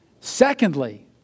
Secondly